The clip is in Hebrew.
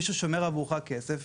מישהו שומר עבורך כסף,